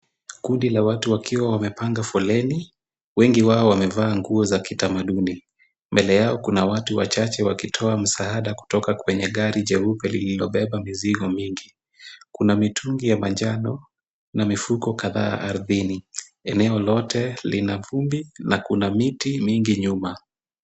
Kundi la watu wakiwa wamepanga foleni, wengi wao wamevaa nguo za kitamaduni. Mbele yao kuna watu wachache wakitoa msaada kutoka kwenye gari jeupe lililobeba mizigo mingi. Kuna mitungi ya manjano na mifuko kadhaa ardhini. Eneo lote lina vumbi na kuna miti mingi nyuma.